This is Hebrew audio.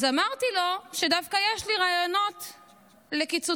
אז אמרתי לו שדווקא יש לי רעיונות לקיצוצים.